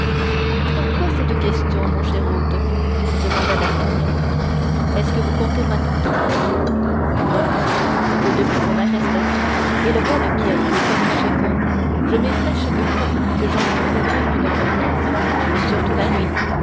pourquoi cette question mon cher hôte demanda d'artagnan est-ce que vous comptez m'attendre non c'est que depuis mon arrestation et le vol qui a été commis chez moi je m'effraie chaque fois que j'entends ouvrir une porte et surtout la nuit